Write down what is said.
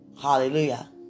Hallelujah